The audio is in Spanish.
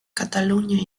cataluña